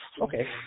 Okay